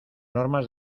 normas